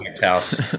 house